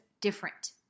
different